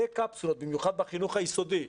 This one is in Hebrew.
במיוחד בחינוך היסודי.